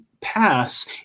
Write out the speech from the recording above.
pass